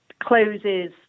closes